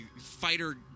fighter